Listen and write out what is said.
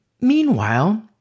Meanwhile